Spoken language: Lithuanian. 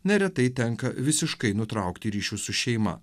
neretai tenka visiškai nutraukti ryšius su šeima